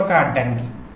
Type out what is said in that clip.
ఇది ఒక అడ్డంకి